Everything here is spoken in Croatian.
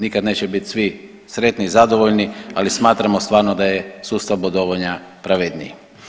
Nikad neće biti svi sretni i zadovoljni, ali smatramo stvarno da je sustav bodovanja pravedniji.